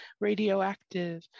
Radioactive